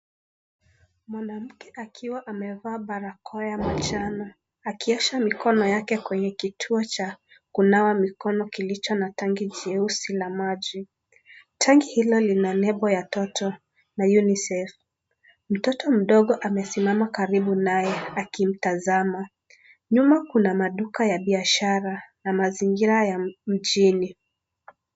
Mwanamke akiwa amevaa barakoa ya manjano, akiosha mikono yake kwenye kituo cha kunawa mikono kilicho na tangi jeusi la maji. Tangi hilo lina nembo ya Toto na unicef. Mtoto mdogo amesimama karibu naye, akimtazama. Nyuma kuna maduka ya biashara na mazingira ya mjini.